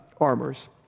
armors